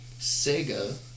Sega